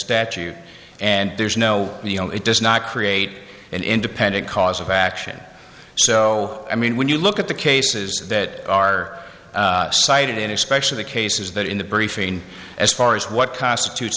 statute and there's no you know it does not create an independent cause of action so i mean when you look at the cases that are cited in especially the cases that in the briefing as far as what constitutes